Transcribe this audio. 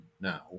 now